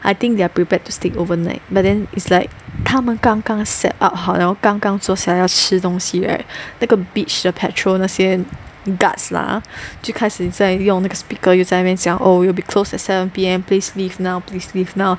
I think they are prepared to stay overnight but then is like 他们刚刚 set up 好了刚刚坐下来要吃东西 right 那个 beach 的 petrol 那些 guards lah 就开始在用那个 speaker 又在那边讲 oh we will be closed at seven P_M please leave now please leave now